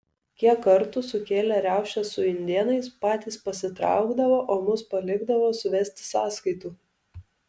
kiek kartų sukėlę riaušes su indėnais patys pasitraukdavo o mus palikdavo suvesti sąskaitų